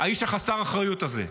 האיש חסר האחריות הזה?